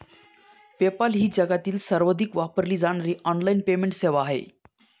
PayPal ही जगातील सर्वाधिक वापरली जाणारी ऑनलाइन पेमेंट सेवा आहे